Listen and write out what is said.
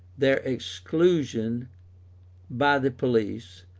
their exclusion by the police,